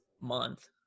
month